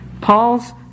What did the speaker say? Paul's